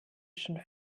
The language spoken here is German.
schon